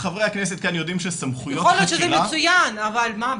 יכול להיות שזה מצוין, אבל מה ?